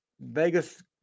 Vegas